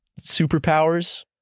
superpowers